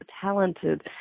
talented